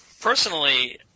Personally